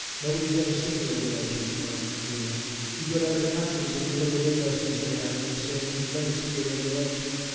nobody has ever seen regulations like we have. if you go to other countries and you look at industries they have, and you say, let me see your regulations,